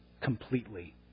completely